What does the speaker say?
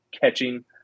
catching